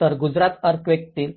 तर गुजरात अर्थक्वेकातील